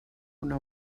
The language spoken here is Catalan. una